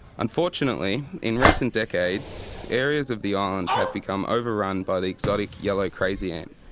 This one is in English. unfortunately, in recent decades areas of the island have become overrun by the exotic yellow crazy ant.